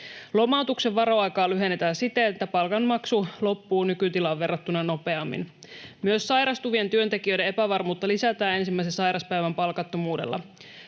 Lomautuksen varoaikaa lyhennetään siten, että palkanmaksu loppuu nykytilaan verrattuna nopeammin. Myös sairastuvien työntekijöiden epävarmuutta lisätään ensimmäisen sairaspäivän palkattomuudella.